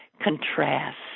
contrast